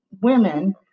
women